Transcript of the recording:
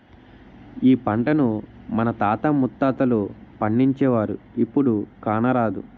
ఈ పంటను మన తాత ముత్తాతలు పండించేవారు, ఇప్పుడు కానరాదు